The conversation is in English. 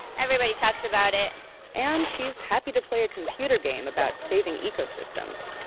everybody talks about it and she's happy to play a computer game about saving ecosystems